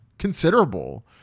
Considerable